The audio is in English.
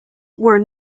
were